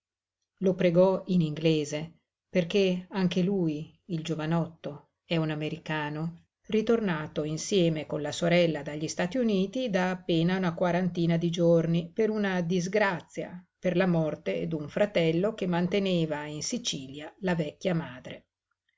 lo pregò in inglese perché anche lui il giovanotto è un americano ritornato insieme con la sorella dagli stati uniti da appena una quarantina di giorni per una disgrazia per la morte d'un fratello che manteneva in sicilia la vecchia madre